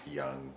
young